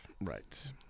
Right